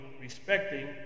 respecting